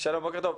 בבקשה.